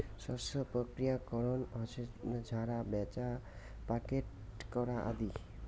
শস্য প্রক্রিয়াকরণ হসে ঝাড়া, ব্যাছা, প্যাকেট করা আদি